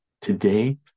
Today